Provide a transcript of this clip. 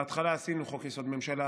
בהתחלה עשינו חוק-יסוד: ממשלה,